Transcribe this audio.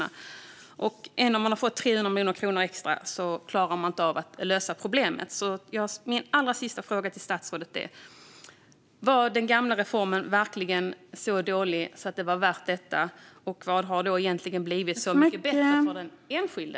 Även om Försäkringskassan har fått 3 miljoner kronor extra klarar man inte av att lösa problemet. Därför blir mina allra sista frågor till statsrådet: Var den gamla reformen verkligen så dålig att det var värt detta? Vad har egentligen blivit så mycket bättre för den enskilde?